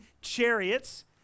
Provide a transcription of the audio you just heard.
chariots